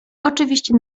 oczywiście